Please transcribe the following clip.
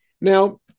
Now